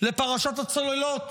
לפרשת הצוללות,